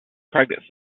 pregnancy